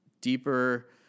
deeper